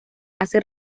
hace